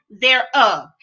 thereof